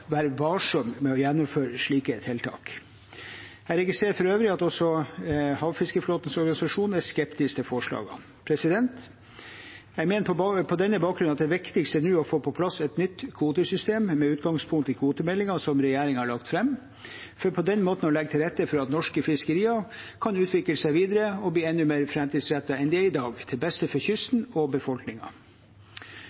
være varsom med å gjennomføre slike tiltak. Jeg registrerer for øvrig at også havfiskeflåtens organisasjon er skeptisk til forslagene. Jeg mener på denne bakgrunn at det viktigste nå er å få på plass et nytt kvotesystem med utgangspunkt i kvotemeldingen som regjeringen har lagt fram, for på den måten å legge til rette for at norske fiskerier kan utvikle seg videre og bli enda mer framtidsrettet enn de er i dag, til beste for